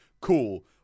Cool